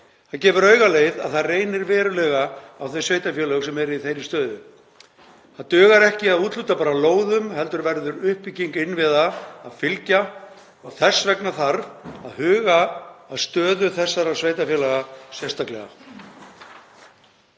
Það gefur augaleið að það reynir verulega á þau sveitarfélög sem eru í þeirri stöðu. Það dugar ekki að úthluta bara lóðum heldur verður uppbygging innviða að fylgja og þess vegna þarf að huga að stöðu þessara sveitarfélaga sérstaklega.